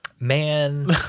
man